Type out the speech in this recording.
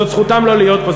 זו זכותם לא להיות פה.